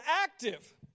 active